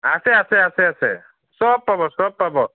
আছে আছে আছে আছে চব পাব চব পাব